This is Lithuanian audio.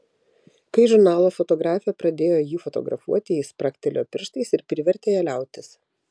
kai žurnalo fotografė pradėjo jį fotografuoti jis spragtelėjo pirštais ir privertė ją liautis